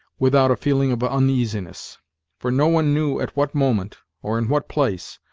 without a feeling of uneasiness for no one knew at what moment, or in what place,